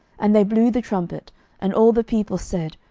and they blew the trumpet and all the people said,